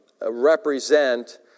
represent